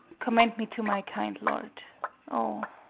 commend me to my kind lord o,